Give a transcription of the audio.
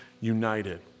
united